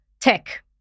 Tech